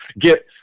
get